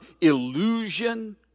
illusion